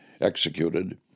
executed